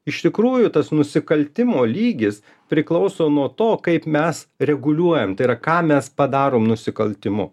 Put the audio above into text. iš tikrųjų tas nusikaltimo lygis priklauso nuo to kaip mes reguliuojam tai yra ką mes padarom nusikaltimu